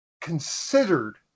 considered